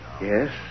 Yes